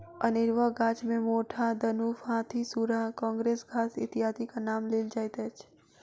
अनेरूआ गाछ मे मोथा, दनुफ, हाथीसुढ़ा, काँग्रेस घास इत्यादिक नाम लेल जाइत अछि